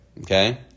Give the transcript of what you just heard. okay